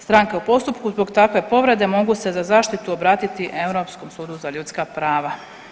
Stranke u postupku zbog takve povrede mogu se za zaštitu obratiti Europskom sudu za ljudska prava.